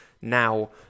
now